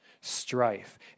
strife